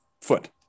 foot